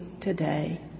today